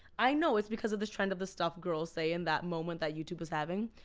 i know it's because of this trend of the stuff girls say and that moment that youtube was having,